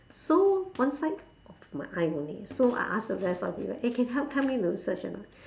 so one side of my eye only so I ask the rest of the people eh can help help me to search anot